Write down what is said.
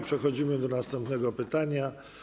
Przechodzimy do następnego pytania.